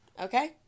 okay